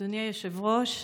אדוני היושב-ראש,